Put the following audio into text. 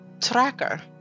tracker